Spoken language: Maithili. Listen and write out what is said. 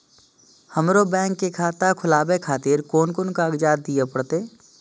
हमरो बैंक के खाता खोलाबे खातिर कोन कोन कागजात दीये परतें?